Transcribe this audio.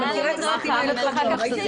אני מכירה את הסרטים האלה טוב מאוד.